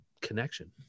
connection